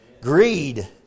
Greed